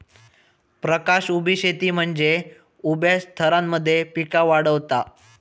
प्रकाश उभी शेती म्हनजे उभ्या थरांमध्ये पिका वाढवता